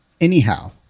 anyhow